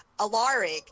Alaric